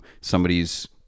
somebody's